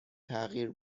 تغییر